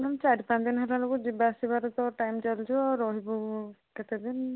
ma'am ଚାରି ପାଞ୍ଚ ଦିନ ଖଣ୍ଡେ ରହିବୁ ଯିବା ଆସିବାରେ ଟାଇମ୍ ଚାଲିଯିବ ରହିବୁ କେତେ ଦିନ